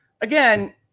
again